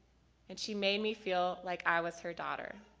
and she made me feel like i was her daughter.